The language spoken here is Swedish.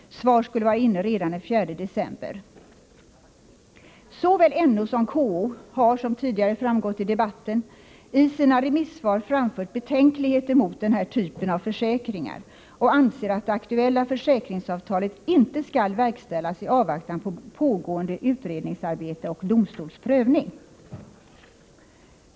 Svar skulle vara inne redan den 4 december. Såväl NO som KO har, som tidigare framgått i debatten, i sina remissvar framfört betänkligheter mot den här typen av försäkringar och anser att det aktuella försäkringsavtalet inte skall verkställas i avvaktan på pågående utredningsarbete och domstols prövning.